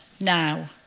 now